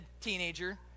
teenager